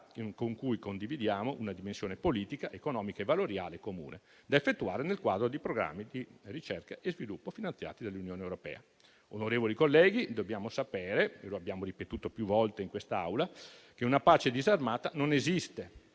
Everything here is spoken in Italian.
con cui condividiamo una dimensione politica, economica e valoriale comune, da effettuare nel quadro di programmi di ricerca e sviluppo finanziati dall'Unione europea. Onorevoli colleghi, dobbiamo sapere - e lo abbiamo ripetuto più volte in quest'Aula - che una pace disarmata non esiste.